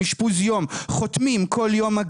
אנחנו חותמים הגעה בכל יום.